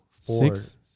six